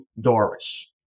Doris